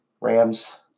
Rams